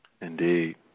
Indeed